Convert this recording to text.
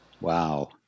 Wow